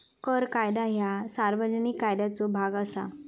कर कायदा ह्या सार्वजनिक कायद्याचो भाग असा